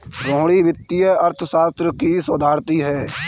रोहिणी वित्तीय अर्थशास्त्र की शोधार्थी है